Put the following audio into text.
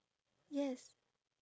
yes